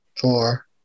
four